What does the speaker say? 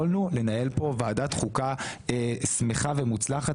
יכולנו לנהל כאן ועדת חוקה שמחה ומוצלחת